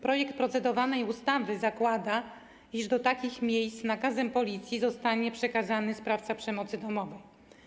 Projekt procedowanej ustawy zakłada, iż do takich miejsc nakazem Policji zostanie przekazany sprawca przemocy domowej.